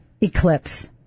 Eclipse